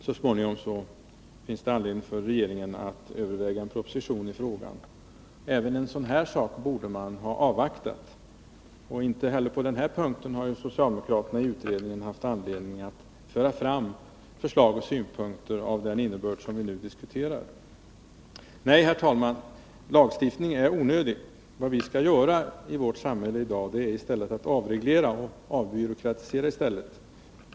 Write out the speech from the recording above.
Så småningom får regeringen anledning att överväga en proposition i frågan. Även i det avseendet borde man ha avvaktat. Inte heller på denna punkt har socialdemokraterna i utredningen haft anledning att föra fram förslag och synpunkter av den innebörd som vi nu diskuterar. Nej, herr talman, lagstiftning är onödig. Vad vi skall göra i vårt samhälle i dag är i stället att avreglera och avbyråkratisera.